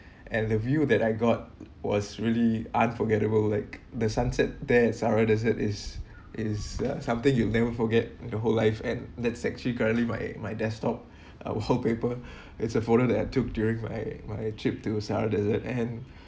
and the view that I got was really unforgettable like the sunset there at sahara desert is it is uh something you'll never forget in your whole life and that's actually currently my my desktop uh wallpaper it's a photo that I took during my my trip to sahara desert and